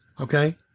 Okay